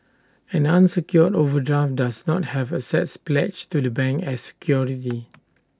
an unsecured overdraft does not have assets pledged to the bank as security